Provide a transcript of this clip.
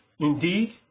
Indeed